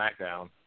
SmackDown